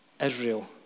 Israel